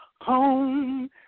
Home